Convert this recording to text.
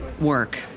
work